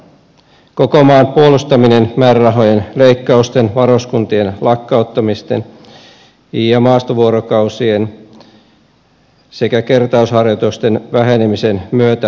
koko maan puolustaminen on vaarassa heikentyä määrärahojen leikkausten varuskuntien lakkauttamisten ja maastovuorokausien sekä kertausharjoitusten vähenemisen myötä